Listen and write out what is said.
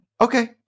Okay